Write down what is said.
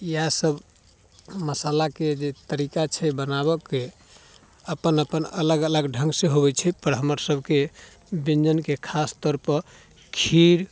इएह सभ मसाला के जे तरीका छै बनाबऽ के अपन अपन अलग अलग ढङ्ग से होबैत छै पर हमर सभकेँ व्यञ्जनके खास तौर पर खीर